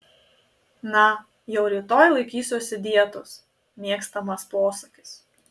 na jau rytoj laikysiuosi dietos mėgstamas posakis